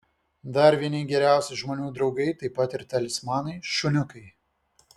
dar vieni geriausi žmonių draugai taip pat ir talismanai šuniukai